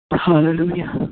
Hallelujah